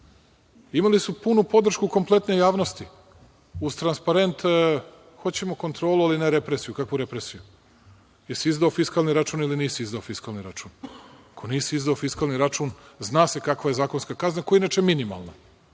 Imali su punu podršku kompletne javnosti uz transparente, hoćemo kontrolu, ali ne represiju. Kakvu represiju? Jesi izdao fiskalni račun ili nisi izdao fiskalni račun? Ako nisi izdao fiskalni račun, zna se kakva je zakonska kazna, koja je inače minimalna.